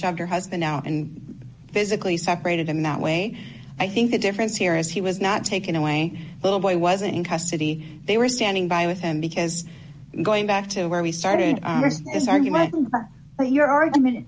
shoved her husband out and physically separated them that way i think the difference here is he was not taken away little boy wasn't in custody they were standing by with him because going back to where we started this argument or your argument